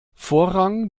vorrang